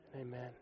Amen